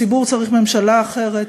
הציבור צריך ממשלה אחרת,